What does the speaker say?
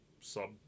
sub